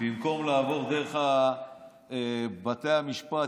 במקום לעבור דרך בתי המשפט,